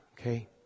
Okay